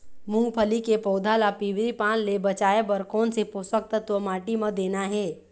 मुंगफली के पौधा ला पिवरी पान ले बचाए बर कोन से पोषक तत्व माटी म देना हे?